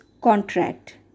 contract